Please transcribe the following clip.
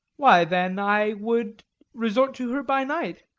why then i would resort to her by night.